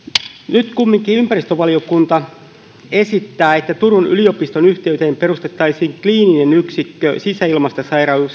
nyt kumminkin ympäristövaliokunta esittää että turun yliopiston yhteyteen perustettaisiin kliininen yksikkö sisäilmasta